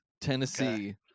Tennessee